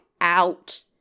out